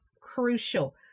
crucial